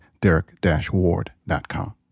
Derek-Ward.com